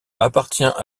appartient